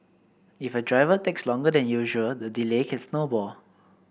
if a driver takes longer than usual the delay can snowball